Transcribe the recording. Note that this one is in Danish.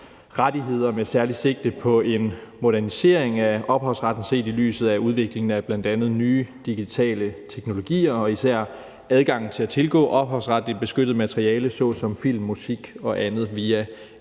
rettigheder med særligt sigte på en modernisering af ophavsretten set i lyset af udviklingen af bl.a. nye digitale teknologier og især adgangen til at tilgå ophavsret i beskyttet materiale såsom film, musik og andet via